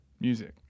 music